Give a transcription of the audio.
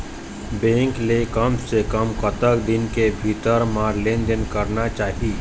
Bank ले कम से कम कतक दिन के भीतर मा लेन देन करना चाही?